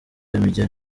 imigeri